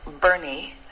bernie